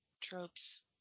tropes